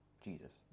Jesus